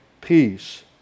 peace